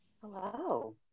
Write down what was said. Hello